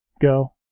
Go